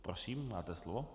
Prosím, máte slovo.